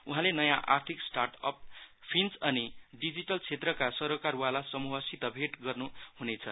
उहाँले नयाँ आर्थिक स्टाट अपफिन्च अनि डिजिटल क्षेत्रका सरोकारवाल समूहसित भेट गर्नु हुनेछ